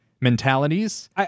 mentalities